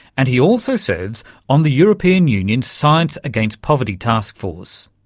and he also serves on the european union's science against poverty taskforce.